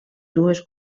dues